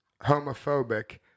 homophobic